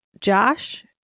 Josh